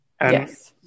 Yes